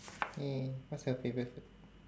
!yay! what's your favourite food